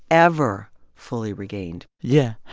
ever fully regained yeah.